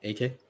AK